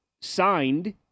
signed